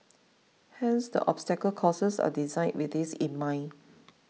hence the obstacle courses are designed with this in mind